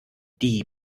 die